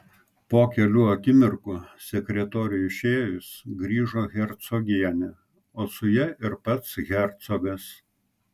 po kelių akimirkų sekretoriui išėjus grįžo hercogienė o su ja ir pats hercogas